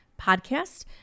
podcast